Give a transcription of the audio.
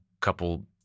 couple